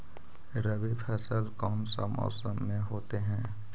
रवि फसल कौन सा मौसम में होते हैं?